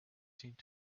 seemed